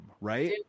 right